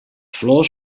flors